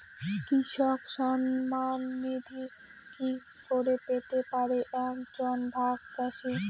কৃষক সন্মান নিধি কি করে পেতে পারে এক জন ভাগ চাষি?